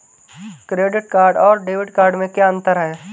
Credit card और debit card में क्या अंतर है?